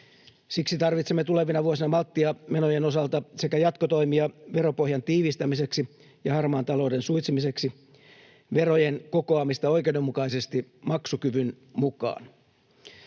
Siksi tarvitsemme tulevina vuosina malttia menojen osalta sekä jatkotoimia veropohjan tiivistämiseksi ja harmaan talouden suitsemiseksi, verojen kokoamista oikeudenmukaisesti maksukyvyn mukaan.